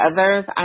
others